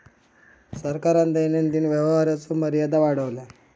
सरकारान दैनंदिन व्यवहाराचो मर्यादा वाढवल्यान